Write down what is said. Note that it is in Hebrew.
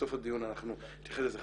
בסוף הדיון אנחנו נתייחס לזה.